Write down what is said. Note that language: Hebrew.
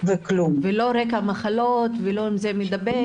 לא רקע מחלות ולא אם המחלה מדבקת?